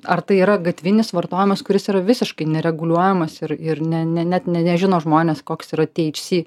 ar tai yra gatvinis vartojimas kuris yra visiškai nereguliuojamas ir ir ne ne net ne nežino žmonės koks yra thc